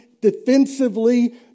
defensively